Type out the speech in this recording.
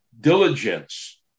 diligence